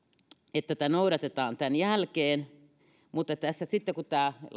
että tätä noudatetaan tämän jälkeen mutta sitten kun tämä